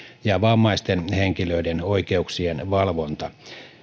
ja vammaisten henkilöiden oikeuksien valvonta